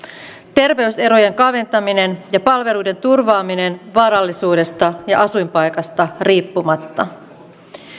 terveyserojen kaventaminen ja palveluiden turvaaminen varallisuudesta ja asuinpaikasta riippumatta